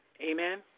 Amen